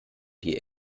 die